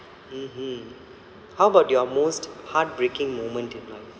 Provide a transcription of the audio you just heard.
mmhmm how about your most heartbreaking moment in life